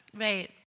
Right